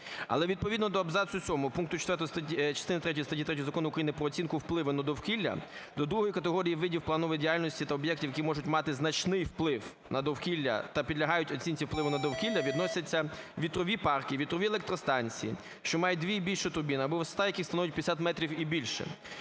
Але відповідно до абзацу 7 пункту 4 частини третьої статті 3 Закону України "Про оцінку впливу на довкілля" до другої категорії видів планової діяльності та об'єктів, які можуть мати значний вплив на довкілля та підлягають оцінці виливу на довкілля, відносяться вітрові парки, вітрові електростанції, що мають дві і більше турбін, або висота яких станових 50 метрів і більше.